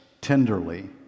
tenderly